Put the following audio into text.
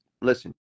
listen